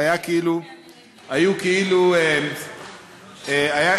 היה כאילו, אני ראיתי.